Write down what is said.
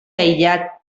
aïllat